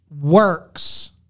works